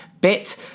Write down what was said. bit